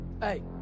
Hey